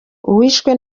uwishwe